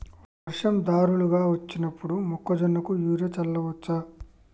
వర్షం ధారలుగా వచ్చినప్పుడు మొక్కజొన్న కు యూరియా చల్లచ్చా?